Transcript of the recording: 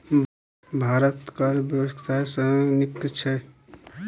भारतक कर बेबस्था सबसँ नीक छै